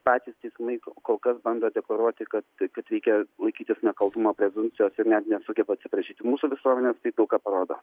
patirtys laiko kol kas bando deklaruoti kad kad reikia laikytis nekaltumo prezumpcijos ir net nesugeba atsiprašyti mūsų visuomenės tai daug ką parodo